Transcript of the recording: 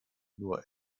nur